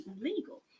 illegal